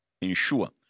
ensure